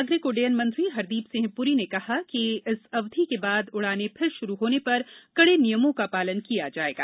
नागरिक उड्डयन मंत्री हरदीप सिंह पुरी ने कहा कि इस अवधि के बाद उड़ानें फिर शुरू होने पर कड़े नियमों का पालन किया जाएगा